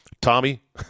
Tommy